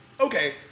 Okay